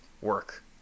work